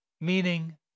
Meaning